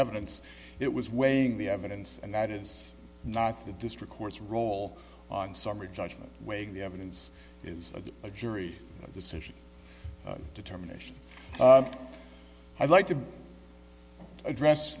evidence it was weighing the evidence and that is not the district court's role in summary judgment weighing the evidence is a jury decision determination i'd like to address